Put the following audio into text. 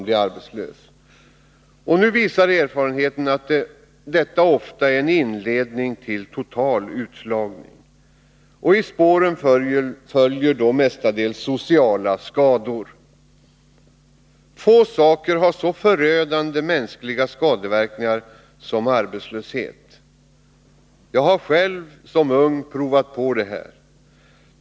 Nu visar erfarenheten att detta ofta är en inledning till total utslagning. I spåren följer mestadels sociala skador. Få saker har så förödande mänskliga skadeverkningar som arbetslöshet. Jag har själv som ung provat på detta.